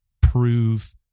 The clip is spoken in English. prove